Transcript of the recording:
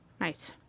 nice